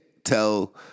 tell